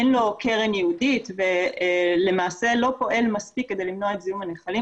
אין לו קרן ייעודית ולמעשה לא פועל מספיק כדי למנוע את זיהום הנחלים.